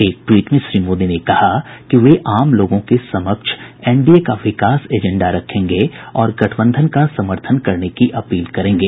एक ट्वीट में श्री मोदी ने कहा कि वे आम लोगों के समक्ष एनडीए का विकास एजेंडा रखेंगे और गठबंधन का समर्थन करने की अपील करेंगे